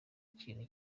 kintu